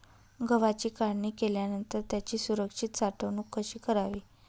गव्हाची काढणी केल्यानंतर त्याची सुरक्षित साठवणूक कशी करावी?